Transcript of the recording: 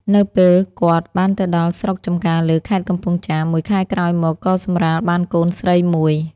នៅពេលគាត់បានទៅដល់ស្រុកចម្ការលើ ខេត្តកំពង់ចាម មួយខែក្រោយមកក៏សម្រាលបានកូនស្រីមួយ។